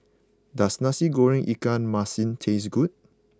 does Nasi Goreng Ikan Masin taste good